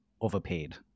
overpaid